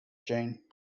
jane